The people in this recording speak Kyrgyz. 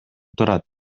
турат